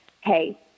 Hey